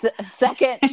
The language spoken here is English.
Second